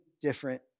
different